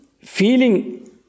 feeling